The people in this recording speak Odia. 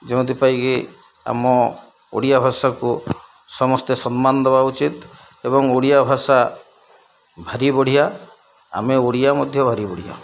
ଯେଉଁଥିପାଇଁକି ଆମ ଓଡ଼ିଆ ଭାଷାକୁ ସମସ୍ତେ ସମ୍ମାନ ଦେବା ଉଚିତ୍ ଏବଂ ଓଡ଼ିଆ ଭାଷା ଭାରି ବଢ଼ିଆ ଆମେ ଓଡ଼ିଆ ମଧ୍ୟ ଭାରି ବଢ଼ିଆ